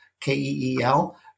K-E-E-L